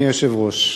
אדוני היושב-ראש,